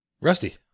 Rusty